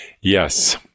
Yes